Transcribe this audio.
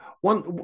one